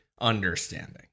understanding